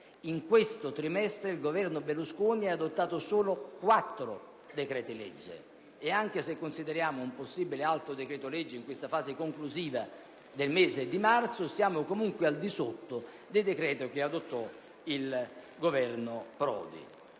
in questo trimestre il Governo Berlusconi ne ha varati solo quattro; e anche se consideriamo un possibile ulteriore decreto-legge in questa fase conclusiva del mese di marzo, siamo comunque al di sotto del numero di decreti che adottò il Governo Prodi.